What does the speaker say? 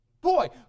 Boy